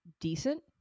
decent